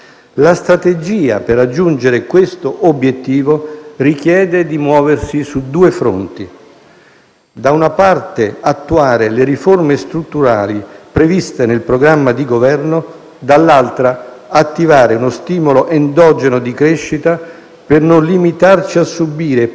La strategia per raggiungere questi obiettivi richiede di muoversi su due fronti: da una parte attuare le riforme strutturali previste nel programma di Governo; dall'altra, attivare uno stimolo endogeno di crescita per non limitarci a subire